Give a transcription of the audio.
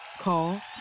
Call